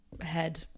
head